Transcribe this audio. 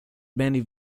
many